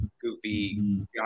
goofy